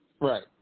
Right